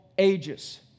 ages